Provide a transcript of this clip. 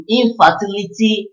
infertility